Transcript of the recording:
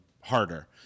harder